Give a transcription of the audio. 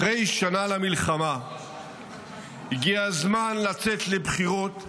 אחרי שנה למלחמה הגיע הזמן לצאת לבחירות,